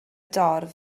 dorf